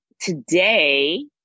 today